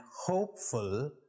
hopeful